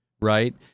right